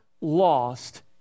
lost